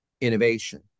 innovation